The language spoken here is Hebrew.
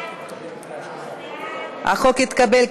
החוק התקבל,